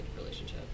relationship